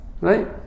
right